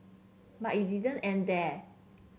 but it didn't end there